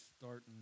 starting